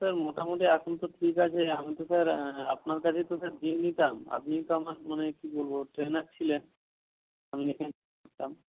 sir মোটামুটি এখন তো ঠিক আছে আমি তো স্যার আপনার কাছে তো স্যার জিম নিতাম আপনি তো আমার মানে কী বলব ট্রেনার ছিলেন নিতাম